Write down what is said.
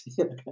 Okay